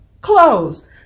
closed